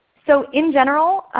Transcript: so in general,